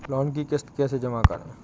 Loan की किश्त कैसे जमा करें?